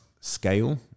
scale